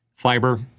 Fiber